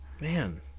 man